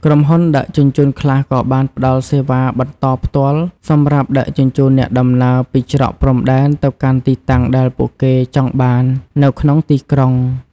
ក្រុមហ៊ុនដឹកជញ្ជូនខ្លះក៏បានផ្តល់សេវាបន្តផ្ទាល់សម្រាប់ដឹកជញ្ជូនអ្នកដំណើរពីច្រកព្រំដែនទៅកាន់ទីតាំងដែលពួកគេចង់បាននៅក្នុងទីក្រុង។